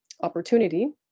opportunity